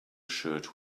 shirt